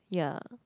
ya